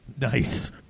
nice